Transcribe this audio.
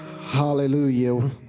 Hallelujah